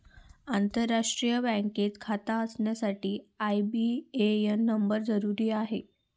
आंतरराष्ट्रीय बँकेत खाता असण्यासाठी आई.बी.ए.एन नंबर जरुरी आहे